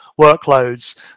workloads